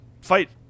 fight